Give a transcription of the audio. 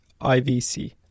IVC